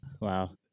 Wow